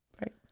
Right